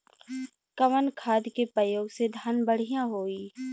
कवन खाद के पयोग से धान बढ़िया होई?